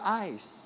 eyes